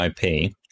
IP